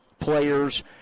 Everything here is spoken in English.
players